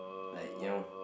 like you know